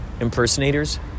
impersonators